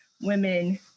women